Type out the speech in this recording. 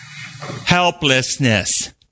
helplessness